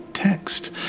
text